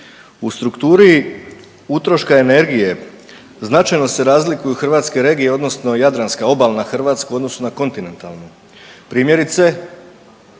U strukturi utroška energije značajno se razlikuju hrvatske regije, odnosno jadranska obalna Hrvatska u odnosu na kontinentalnu. Primjerice